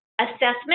assessment